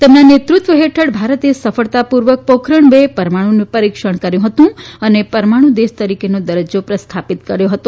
તેમના નેતૃત્વ હેઠળ ભારતે સફળતાપુર્વક પોખરણ બે પરમાણુ પરીક્ષણ કર્યુ હતું અને પરમાણુ દેશ તરીકેનો દરજજો પ્રસ્થાપિત કર્યો હતો